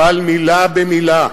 אבל מלה במלה.